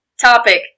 topic